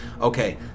okay